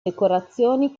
decorazioni